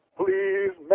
please